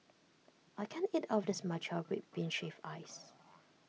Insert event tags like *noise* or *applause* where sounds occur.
I can't eat all of this *noise* Matcha Red Bean Shaved Ice *noise*